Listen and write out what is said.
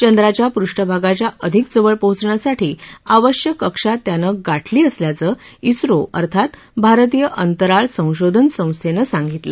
चंद्राच्या पृष्ठभागच्या अधिक जवळ पोचण्यासाठी आवश्यक कक्षा त्यानं गाठली असल्याचं झो अर्थात भारतीय अंतराळ संशोधन संघटनेनं सांगितलं